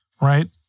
right